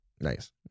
Nice